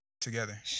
together